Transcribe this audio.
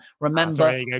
remember